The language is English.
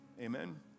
amen